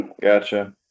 gotcha